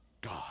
God